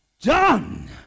done